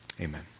amen